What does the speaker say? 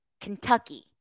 Kentucky